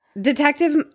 Detective